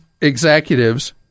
executives